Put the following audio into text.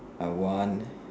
I want